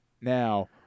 now